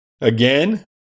again